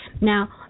Now